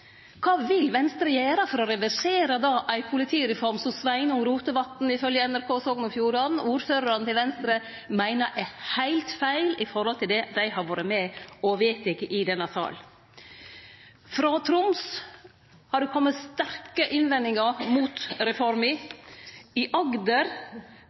Kva vil Venstre gjere for å reversere ei politireform som Sveinung Rotevatn, ifylgje NRK Sogn og Fjordane, og ordførarane frå Venstre meiner er heilt feil i høve til det dei har vore med og vedteke i denne salen? Frå Troms har det kome sterke innvendingar mot